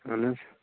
اَہن حَظ